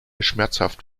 schmerzhaft